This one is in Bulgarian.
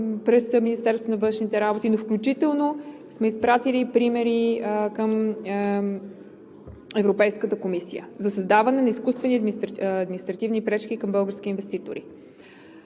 през Министерството на външните работи, но включително сме изпратили примери към Европейската комисия за създаване на изкуствени административни пречки към български инвеститори.